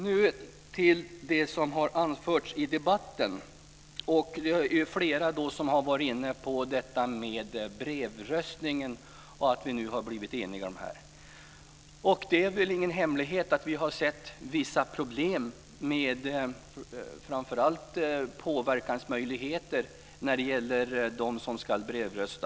Nu till det som har anförts i debatten. Flera har varit inne på detta med brevröstningen och att vi nu har blivit eniga här. Det är väl ingen hemlighet att vi har sett vissa problem med framför allt påverkansmöjligheter när det gäller dem som ska brevrösta.